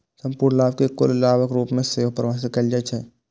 संपूर्ण लाभ कें कुल लाभक रूप मे सेहो परिभाषित कैल जाइ छै